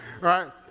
right